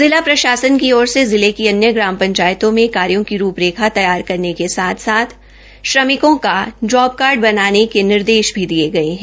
जिला प्रशासन की ओर से जिले की अन्य ग्राम पंचायतों में कार्यो की रूपरेखा तैया करने के साथ साथ श्रमिकों का जोब कार्ड बनाने के निर्देश भी दिये गये है